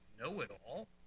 know-it-all